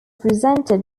presented